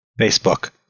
Facebook